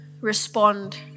respond